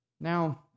Now